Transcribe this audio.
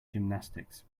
gymnastics